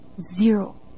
Zero